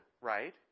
right